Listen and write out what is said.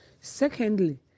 Secondly